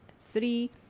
three